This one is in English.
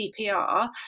CPR